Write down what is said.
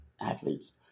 athletes